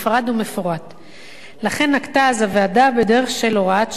לכן נקטה אז הוועדה דרך של הוראת שעה ולא חקיקה קבועה,